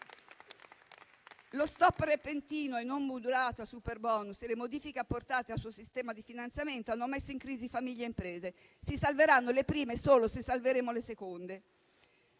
Lo stop repentino e non modulato al superbonus e le modifiche apportate al suo sistema di finanziamento hanno messo in crisi famiglie e imprese; si salveranno le prime solo se salveremo le seconde.